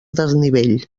desnivell